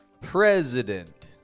president